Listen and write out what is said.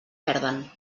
perden